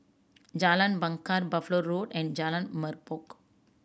Jalan Bungar Buffalo Road and Jalan Merbok